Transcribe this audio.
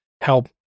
help